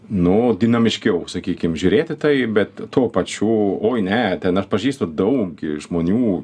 nu dinamiškiau sakykim žiūrėt į tai bet tuo pačiu oi ne ten aš pažįstu daug žmonių